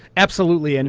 absolutely. and